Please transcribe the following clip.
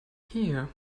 here